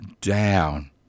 down